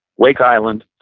wake island,